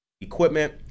equipment